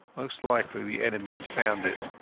most likely the enemy had found it,